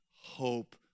hope